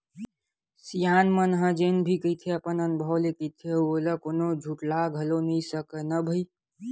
सियान मन ह जेन भी कहिथे अपन अनभव ले कहिथे अउ ओला कोनो ह झुठला घलोक नइ सकय न भई